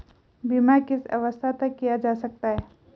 बीमा किस अवस्था तक किया जा सकता है?